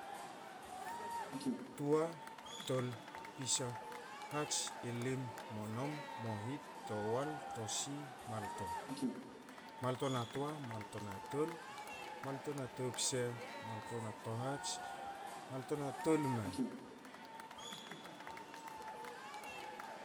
Toa, tol, pisa, hats, ilim, monom, mohit towal tosi, malto, malto na toa, malto na tol, malto na topsa, malto na tohats, malto na tolima.